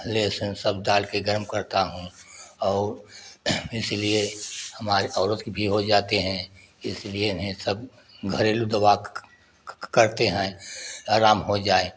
लेहसुन सब डाल के गरम करता हूँ और इसीलिए हमारे औरत के भी हो जाते हैं इसलिए इन्हें सब घरेलू दवा करते हैं आराम हो जाए